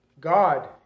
God